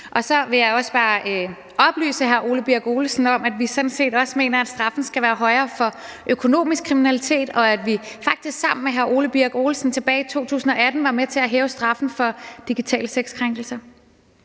Så vil jeg også bare oplyse hr. Ole Birk Olesen om, at vi sådan set også mener, at straffen skal være højere for økonomisk kriminalitet, og at vi faktisk sammen med hr. Ole Birk Olesen tilbage i 2018 var med til at hæve straffen for digitale sexkrænkelser.